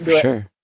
sure